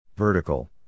Vertical